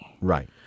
Right